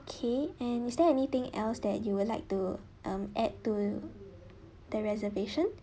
K and is there anything else that you would like to mm add to the reservation